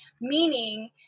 meaning